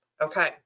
okay